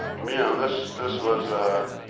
you know this this was a